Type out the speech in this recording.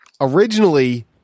originally